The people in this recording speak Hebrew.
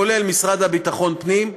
כולל משרד לביטחון פנים,